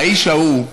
האיש ההוא,